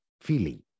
feeling